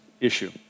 issue